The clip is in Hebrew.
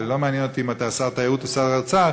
ולא מעניין אותי אם אתה שר התיירות או שר האוצר,